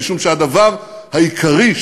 משום שהדבר העיקרי,